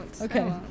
Okay